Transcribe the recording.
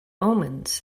omens